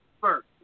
first